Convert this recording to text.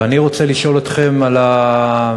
ואני רוצה לשאול אתכם על הנתונים